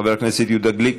חבר הכנסת יהודה גליק,